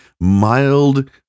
mild